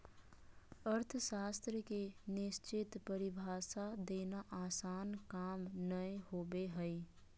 अर्थशास्त्र के निश्चित परिभाषा देना आसन काम नय होबो हइ